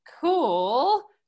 cool